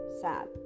sad